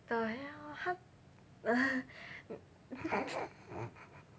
the hell h~